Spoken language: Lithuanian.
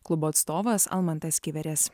klubo atstovas almantas kiveris